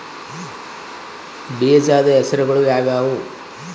ಬೇಜದ ಹೆಸರುಗಳು ಯಾವ್ಯಾವು?